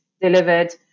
delivered